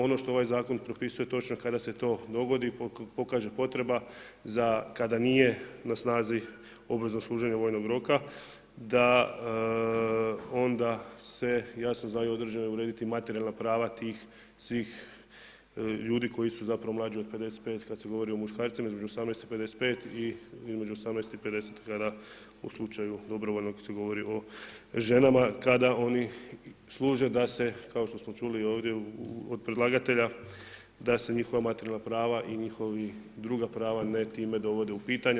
Ono što ovaj zakon propisuje, točno kada se to dogodi, pokaže potreba za kada nije na snazi, obveza služenja vojnog roka, da onda se, jasno za i određeno urediti, materijalnih prava tih svih ljudi koji su zapravo mladi od 55 kada se govori o muškarcima između 18 i 55 i između 18 i 50 kada u slučaju dobrovoljnog kada se govori o ženama, kada oni služe, da se, kao što smo čuli i ovdje od predlagatelja, da se njihova materijalna prava i njihovi druga prava ne time dovode u pitanje.